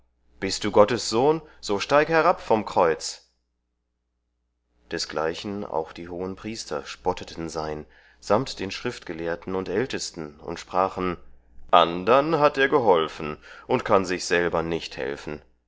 bist du gottes sohn so steig herab von kreuz desgleichen auch die hohenpriester spotteten sein samt den schriftgelehrten und ältesten und sprachen andern hat er geholfen und kann sich selber nicht helfen